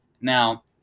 Now